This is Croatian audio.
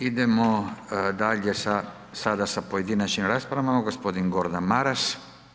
Idemo dalje sada sa pojedinačnim raspravama, g. Gordan Maras.